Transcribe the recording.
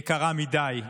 יקרה מדי.